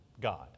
God